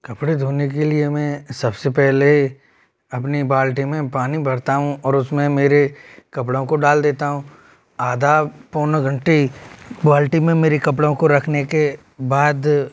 कपड़े धोने के लिए में सबसे पहले अपनी बाल्टी में पानी भरता हूँ और उसमें मेरे कपड़ों को डाल देता हूँ आधा पौन घंटे बाल्टी में मेरे कपड़ों के रखने के बाद